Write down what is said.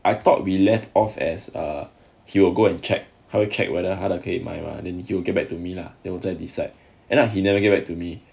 I thought we left off as a he will go and 他会 check 他会 check whether 他的可以买吗 then 就 get back to me lah 我再 decide end up he never get back to me